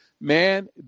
Man